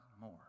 more